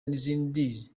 n’izindi